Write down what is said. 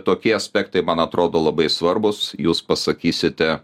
tokie aspektai man atrodo labai svarbūs jūs pasakysite